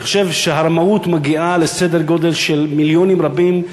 אני חושב שהרמאות מגיעה לסדר גודל של מיליונים רבים,